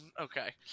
okay